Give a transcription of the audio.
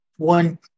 One